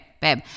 babe